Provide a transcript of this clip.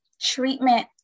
Treatment